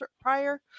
prior